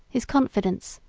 his confidence,